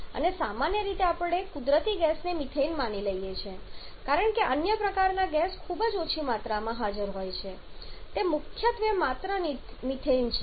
અને સામાન્ય રીતે આપણે કુદરતી ગેસને મિથેન માની લઈએ છીએ કારણ કે અન્ય પ્રકારના ગેસ ખૂબ ઓછી માત્રામાં હાજર હોય છે તે મુખ્યત્વે માત્ર મિથેન છે